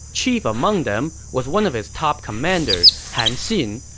chief among them was one of his top commanders, han xin,